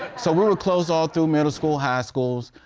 so we were close all through middle school, high school,